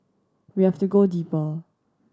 we have to go deeper